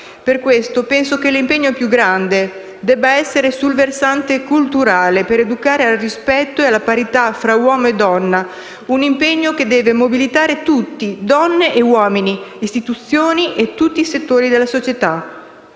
Per questo, penso che l'impegno più grande debba essere sul versante culturale, per educare al rispetto e alla parità fra uomo e donna; un impegno che deve mobilitare tutti, donne e uomini, istituzioni e tutti i settori della società.